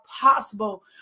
possible